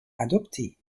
adopté